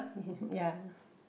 ya